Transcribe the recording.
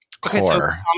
core